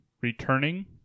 returning